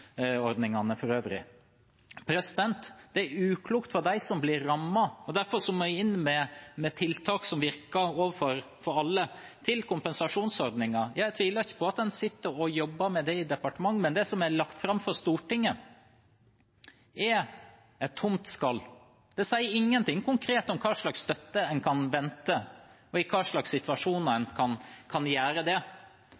for øvrig. Det er uklokt for dem som blir rammet. Derfor må en inn med tiltak som virker overfor alle. Når det gjelder kompensasjonsordninger, tviler jeg ikke på at en sitter og jobber med det i departementet, men det som er lagt fram for Stortinget, er et tomt skall. Det sies ingenting konkret om hva slags støtte en kan vente, og i hva slags situasjoner en